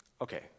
Okay